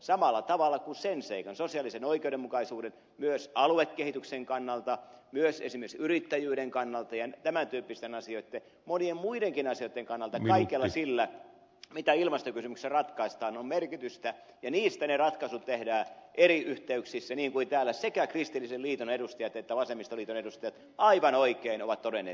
samalla tavalla kuin sen seikan sosiaalisen oikeudenmukaisuuden myös aluekehityksen kannalta myös esimerkiksi yrittäjyyden kannalta ja tämän tyyppisten asioitten monien muidenkin asioitten kannalta kaikella sillä mitä ilmastokysymyksessä ratkaistaan on merkitystä ja niistä ne ratkaisut tehdään eri yhteyksissä niin kuin täällä sekä kristillisen liiton edustajat että vasemmistoliiton edustajat aivan oikein ovat todenneet